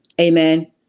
Amen